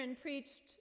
preached